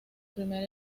primer